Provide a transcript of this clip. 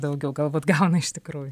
daugiau galbūt gauna iš tikrųjų